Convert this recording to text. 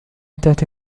تأتي